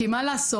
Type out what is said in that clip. כי מה לעשות,